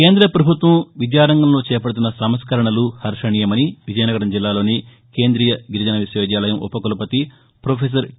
కేంద్ర ప్రభుత్వం విద్యారంగంలో చేపడుతున్న సంస్కరణలు హర్వణీయమని విజయనగరం జిల్లాలోని కేంద్రీయ గిరిజన విశ్వ విద్యాలయం ఉపకులపతి ప్రాఫెసర్ టి